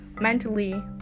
mentally